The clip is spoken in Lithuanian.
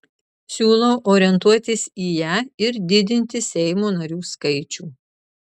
siūlau orientuotis į ją ir didinti seimo narių skaičių